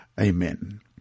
Amen